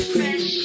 Fresh